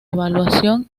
evaluación